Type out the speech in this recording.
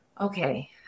okay